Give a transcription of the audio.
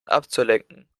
abzulenken